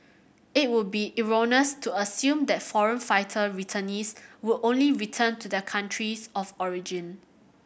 it would be erroneous to assume that foreign fighter returnees would only return to their countries of origin